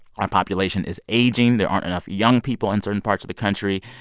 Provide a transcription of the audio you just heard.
our population is aging. there aren't enough young people in certain parts of the country.